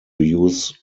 use